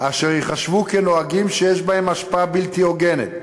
אשר ייחשבו נהגים שיש בהם השפעה בלתי הוגנת,